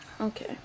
Okay